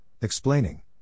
explaining